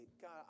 God